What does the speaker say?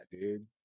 dude